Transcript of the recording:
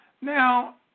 Now